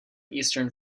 eastern